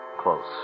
close